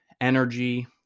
energy